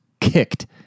kicked